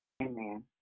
Amen